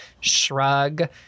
Shrug